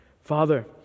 Father